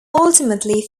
ultimately